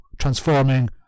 transforming